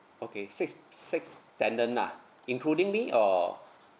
okay six six tenant lah including me or